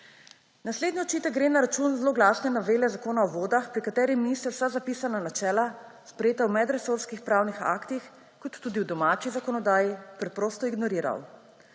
Naslednji očitek gre na račun zloglasne novele Zakona o vodah, pri kateri je minister vsa zapisana načela, sprejeta v medresorskih pravnih aktih, kot tudi v domači zakonodaji, preprosto ignoriral.